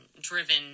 driven